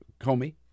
Comey